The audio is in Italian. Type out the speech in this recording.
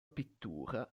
pittura